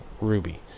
Ruby